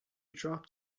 drop